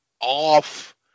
off